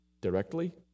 directly